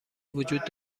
وجود